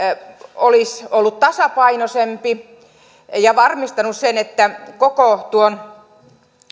olisi ollut tasapainoisempi ja varmistanut sen että koko tuon